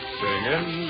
singing